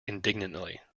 indignantly